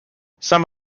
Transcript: some